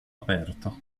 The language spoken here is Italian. aperto